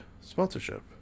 sponsorship